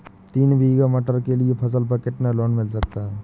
तीन बीघा मटर के लिए फसल पर कितना लोन मिल सकता है?